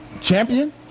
champion